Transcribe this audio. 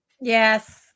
Yes